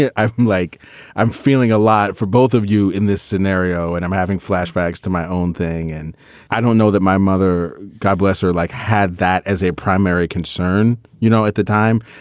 yeah i feel like i'm feeling a lot for both of you in this scenario and i'm having flashbacks to my own thing, and i don't know that my mother, god bless her, like had that as a primary concern. you know, at the time.